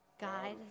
guide